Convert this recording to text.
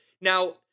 Now